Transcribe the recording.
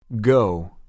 Go